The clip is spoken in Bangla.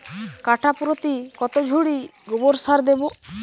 কাঠাপ্রতি কত ঝুড়ি গোবর সার দেবো?